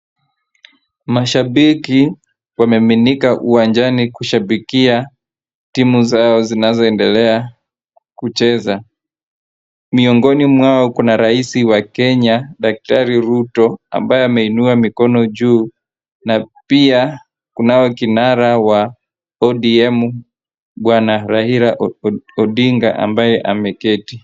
Mashabiki wameminika uwajani kushabikia timu zao zinazoendelea kucheza. Miongoni mwao kuna Rais wa Kenya Daktari Ruto ambaye ameinua mikono yake juu, na pia kunaye kinara wa ODM Bwana Raila Odinga ambaye ameketi.